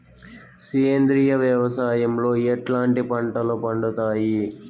సేంద్రియ వ్యవసాయం లో ఎట్లాంటి పంటలు పండుతాయి